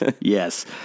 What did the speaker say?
Yes